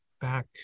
back